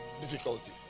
difficulty